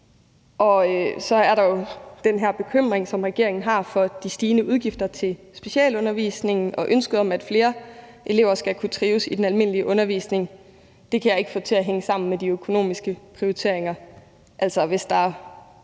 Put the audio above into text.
Og så er der jo den her bekymring, som regeringen har, for de stigende udgifter til specialundervisningen og ønsket om, at flere elever skal kunne trives i den almindelige undervisning, og det kan jeg ikke få til at hænge sammen med de økonomiske prioriteringer. Hvis der